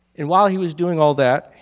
and while he was doing all that,